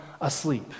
asleep